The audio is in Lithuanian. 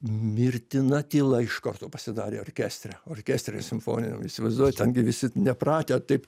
mirtina tyla iš karto pasidarė orkestre orkestre simfoniniam įsivaizduojat ten gi visi nepratę taip